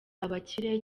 abakire